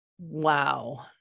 Wow